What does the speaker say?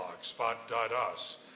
Spot.us